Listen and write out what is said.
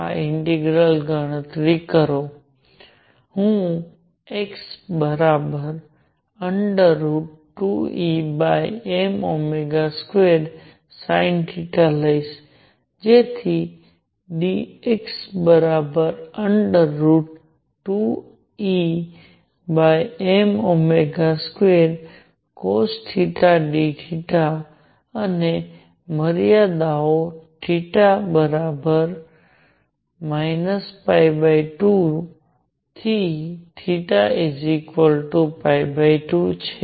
આ ઇન્ટિગ્રલ ગણતરી કરો હું x 2Em2 sinθ લઇશ જેથી dx 2Em2 cosθ dθ અને મર્યાદાઓ θ 2 થી θ2 છે